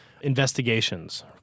investigations